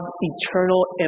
eternal